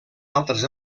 altres